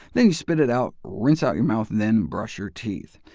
then you spit it out, rinse out your mouth, and then brush your teeth.